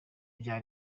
bya